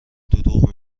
دروغ